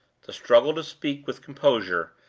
the struggle to speak with composure,